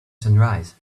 sunrise